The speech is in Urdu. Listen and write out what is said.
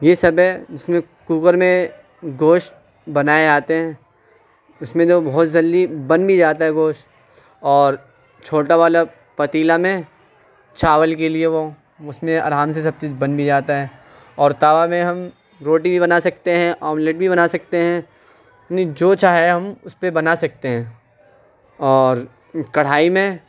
یہ سب ہے اس میں کوکر میں گوشت بنائے جاتے ہیں اس میں جو بہت جلدی بن بھی جاتا ہے گوشت اور چھوٹا والا پتیلا میں چاول کے لیے وہ اس میں آرام سے سب چیز بن بھی جاتا ہے اور توا میں ہم روٹی بھی بنا سکتے ہیں آملیٹ بھی بنا سکتے ہیں یعنی جو چاہیں ہم اس پہ بنا سکتے ہیں اور کڑھائی میں